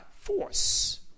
force